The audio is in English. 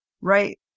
Right